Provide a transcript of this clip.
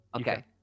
okay